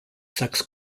sex